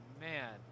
man